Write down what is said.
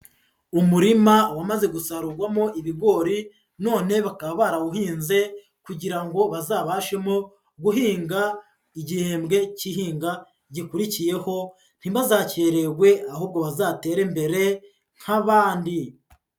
Umurima wamaze gusarurwamo ibigori none bakaba barawuhinze kugira ngo bazabashemo guhinga igihembwe cy'ihinga gikurikiyeho ntibazakererwe ahubwo bazatere imbere nk'abandi.